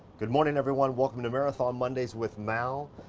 good morning everyone! welcome to marathon mondays with mal.